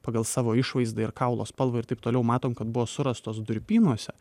pagal savo išvaizdą ir kaulo spalvą ir taip toliau matom kad buvo surastos durpynuose